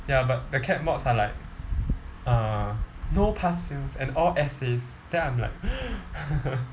ya but the cap mods are like uh no pass fails and all essays then I'm like